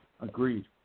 Agreed